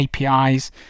APIs